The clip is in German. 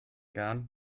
garn